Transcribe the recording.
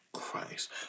Christ